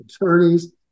attorneys